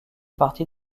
partie